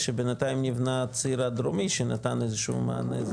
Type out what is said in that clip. שבינתיים נבנה הציר הדרומי שנתן איזשהו מענה.